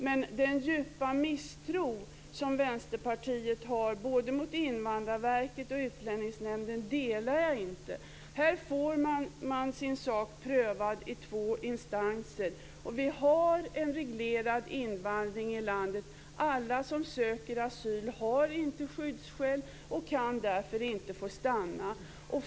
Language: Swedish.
Men den djupa misstro som Vänsterpartiet har mot både Invandrarverket och Utlänningsnämnden delar inte jag. Här får man sin sak prövad i två instanser. Vi har en reglerad invandring i landet. Alla som söker asyl har inte skyddsskäl och kan därför inte få stanna.